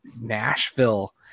Nashville